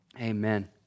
Amen